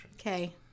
Okay